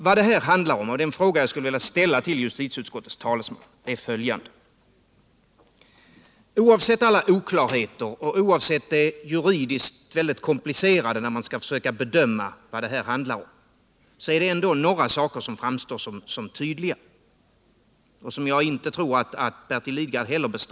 Vad det här handlar om är följande: Oavsett alla oklarheter och oavsett det juridiskt väldigt komplicerade när man skall försöka bedöma vad det här handlar om, så är det ändå några saker som framstår som tydliga och som jag tror att inte heller Bertil Lidgard bestrider.